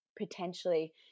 potentially